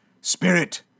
Spirit